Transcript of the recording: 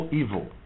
evil